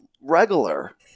regular